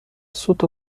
سوت